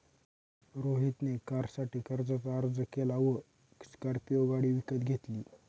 रोहित ने कारसाठी कर्जाचा अर्ज केला व स्कॉर्पियो गाडी विकत घेतली